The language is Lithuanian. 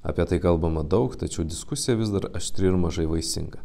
apie tai kalbama daug tačiau diskusija vis dar aštri ir mažai vaisinga